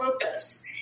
purpose